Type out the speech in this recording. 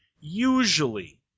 usually